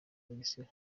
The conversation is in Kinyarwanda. bugesera